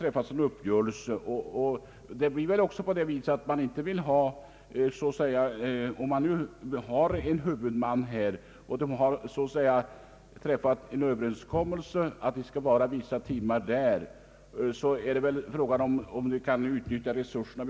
Sedan överenskommelse träffats om att läkarna skall tjänstgöra vissa timmar hos sjukvårdshuvudmännen, så uppstår ju frågan huruvida det vore möjligt att utnyttja resurserna vid sidan om den ordinarie verksamheten.